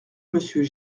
monsieur